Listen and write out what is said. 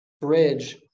bridge